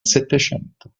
settecento